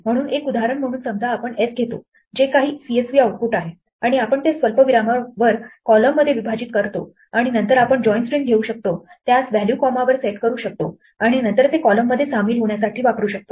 म्हणून एक उदाहरण म्हणून समजा आपण s घेतो जे काही CSV आउटपुट आहे आणि आपण ते स्वल्पविरामावर कॉलममध्ये विभाजित करतो आणि नंतर आपण join string घेऊ शकतो आणि त्यास व्हॅल्यू कॉमा वर सेट करू शकतो आणि नंतर ते कॉलममध्ये सामील होण्यासाठी वापरू शकतो